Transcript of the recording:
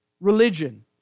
religion